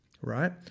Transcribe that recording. right